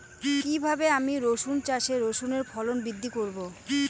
কীভাবে আমি রসুন চাষে রসুনের ফলন বৃদ্ধি করব?